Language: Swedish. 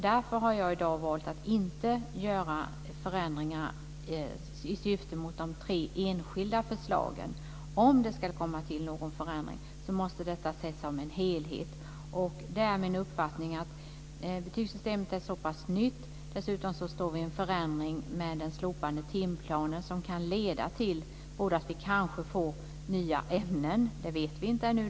Därför har jag i dag valt att inte göra förändringar som syftar till de tre enskilda förslagen. Om det ska bli någon förändring måste detta ses som en helhet. Det är min uppfattning att betygssystemet är så pass nytt. Dessutom står vi inför en förändring med den slopade timplanen, som kanske kan leda till att vi får nya ämnen. Det vet vi inte ännu.